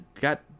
got